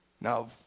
Now